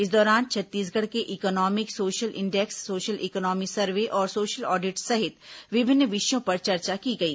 इस दौरान छत्तीसगढ़ के economic social index social economy survey और सोशल ऑडिट सहित विभिन्न विषयों पर चर्चा की गई